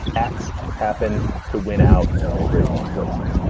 x happened to win out in a great many places.